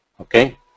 Okay